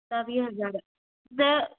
सतावीह हज़ार ॾह